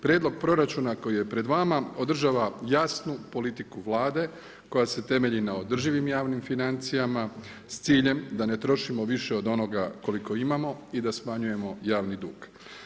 Prijedlog proračuna koji je pred vama održava jasnu politiku Vlade koja se temelji na održivim javnim financijama s ciljem da ne trošimo više od onoga koliko imamo i da smanjujemo javni dug.